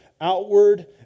outward